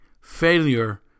Failure